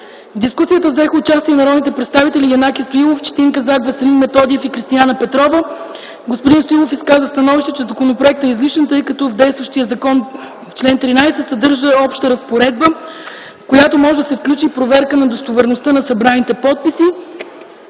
дискусията взеха участие народните представители Янаки Стоилов, Четин Казак, Веселин Методиев и Кристияна Петрова. Господин Стоилов изказа становище, че законопроектът е излишен, тъй като в действащия закон в чл. 13 се съдържа обща разпоредба, в която може да се включи и проверка на достоверността на събраните подписи.